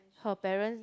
her parents